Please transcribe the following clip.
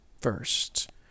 first